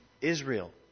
Israel